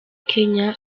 kenya